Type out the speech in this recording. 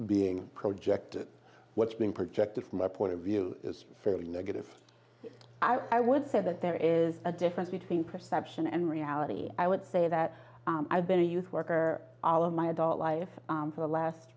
being projected what's being projected from their point of view is so negative i would say that there is a difference between perception and reality i would say that i've been a youth worker all of my adult life for the last